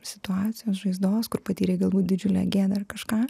situacijos žaizdos kur patyrei galbūt didžiulę gėdą ar kažką